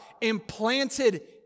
implanted